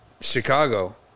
Chicago